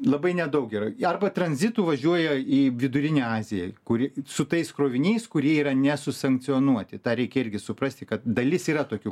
labai nedaug yra arba tranzitu važiuoja į vidurinę aziją kuri su tais kroviniais kurie yra nesusankcionuoti tą reikia irgi suprasti kad dalis yra tokių